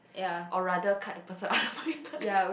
or rather cut the person out